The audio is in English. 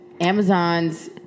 Amazon's